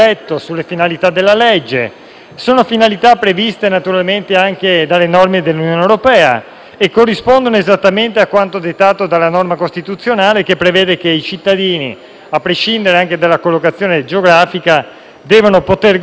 finalità previste anche dalle norme dell'Unione europea che corrispondono esattamente a quanto dettato dalla norma costituzionale che prevede che i cittadini, anche a prescindere della collocazione geografica, devono poter godere dei medesimi diritti